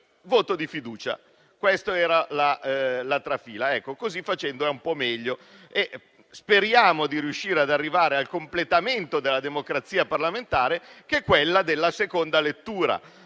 voto di fiducia. Questa era la trafila. Così facendo è un po' meglio e speriamo di riuscire ad arrivare al completamento della democrazia parlamentare, che è quello della seconda lettura.